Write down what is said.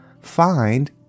find